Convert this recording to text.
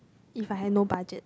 if I have no budget